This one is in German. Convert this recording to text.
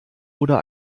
oder